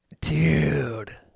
dude